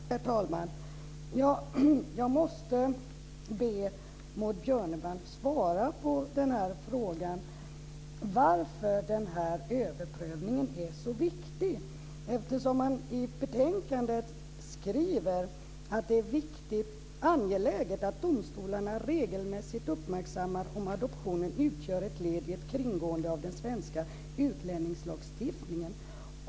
Herr talman! Jag måste be Maud Björnemalm svara på frågan varför den här överprövningen är så viktig. I betänkandet skriver man att det är angeläget att domstolarna regelmässigt uppmärksammar om adoptionen utgör ett led i ett kringgående av den svenska utlänningslagstiftningen.